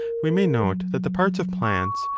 we may note that the parts of plants,